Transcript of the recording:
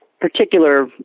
particular